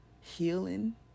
healing